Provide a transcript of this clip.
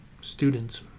students